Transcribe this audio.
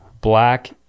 Black